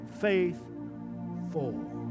faithful